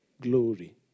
glory